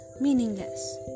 meaningless